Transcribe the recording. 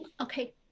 okay